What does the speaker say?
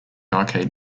arcade